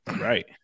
Right